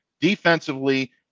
Defensively